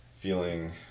feeling